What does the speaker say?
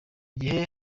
gihe